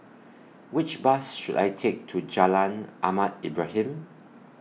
Which Bus should I Take to Jalan Ahmad Ibrahim